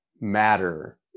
matter